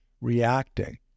reacting